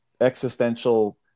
existential